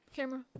Camera